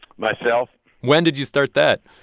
myself when did you start that?